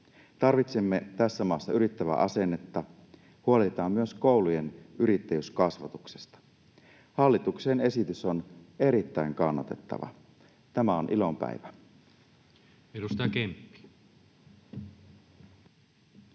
Tarvitsemme tässä maassa yrittävää asennetta. Huolehditaan myös koulujen yrittäjyyskasvatuksesta. Hallituksen esitys on erittäin kannatettava. Tämä on ilon päivä. [Speech